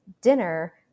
dinner